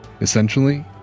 Essentially